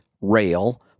rail